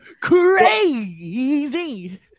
Crazy